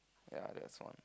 ya that's all